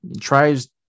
tries